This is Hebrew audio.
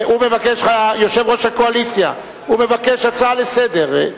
יושב-ראש הקואליציה, הוא מבקש הצעה לסדר-היום.